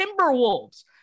Timberwolves